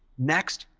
next,